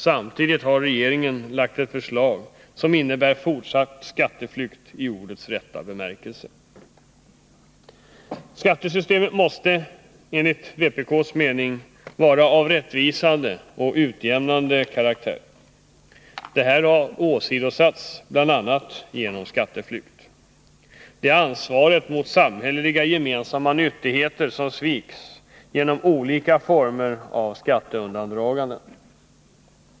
Samtidigt har regeringen lagt fram ett förslag som innebär fortsatt skatteflykt i ordets rätta bemärkelse. Skattesystemet måste enligt vpk:s mening vara av rättvisande och utjämnande karaktär. Detta har åsidosatts bl.a. genom skatteflykt. Det är ansvaret mot samhälleliga gemensamma nyttigheter som sviks genom olika former av skatteundandraganden.